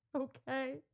okay